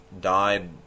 died